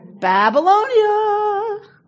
Babylonia